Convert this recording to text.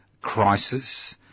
crisis